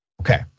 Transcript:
Okay